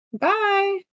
Bye